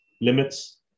limits